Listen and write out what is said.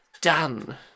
done